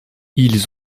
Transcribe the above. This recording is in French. ils